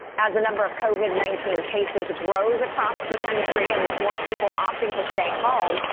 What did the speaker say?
as a number of covid nineteen cases grows across the country and with more people opting to stay home.